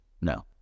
No